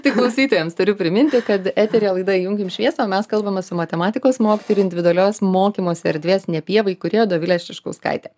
tik klausytojams turiu priminti kad eteryje laida įjunkim šviesą o mes kalbame su matematikos mokytoja ir individualios mokymosi erdvės ne pieva įkūrėja dovile čiškauskaite